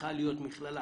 שצריכה להיות מכללה